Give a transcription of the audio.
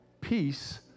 peace